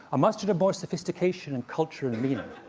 a mustard of more sophistication and culture and meaning.